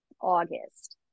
August